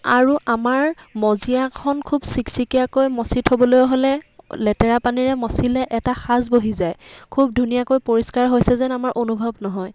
আৰু আমাৰ মজিয়াখন খুব চিকচিকীয়াকৈ মচি থব'লৈ হ'লে লেতেৰা পানীৰে মচিলে এটা সাজ বহি যায় খুব ধুনীয়াকৈ পৰিষ্কাৰ হৈছে যেন আমাৰ অনুভৱ নহয়